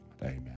amen